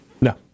No